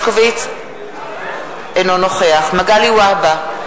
אינו נוכח מגלי והבה,